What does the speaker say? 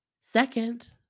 Second